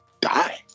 die